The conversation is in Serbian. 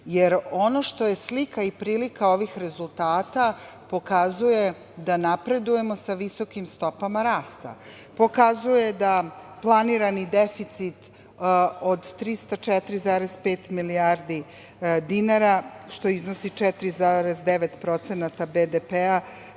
ono što je slika i prilika ovih rezultata, pokazuje da napredujemo sa visokim stopama rasta. Pokazuje da planirani deficit od 304,5 milijardi dinara, što iznosi 4,9% BDP,